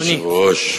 אדוני היושב-ראש,